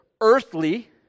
earthly